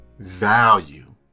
value